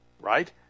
right